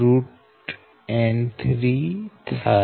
N1N2N1N23 થાય